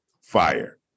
fire